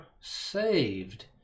saved